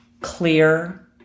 clear